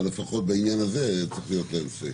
אבל לפחות בעניין הזה צריך להיות להם say.